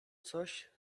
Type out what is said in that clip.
coś